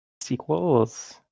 Sequels